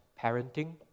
parenting